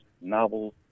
novels